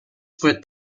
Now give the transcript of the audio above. foot